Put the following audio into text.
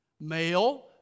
Male